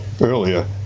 earlier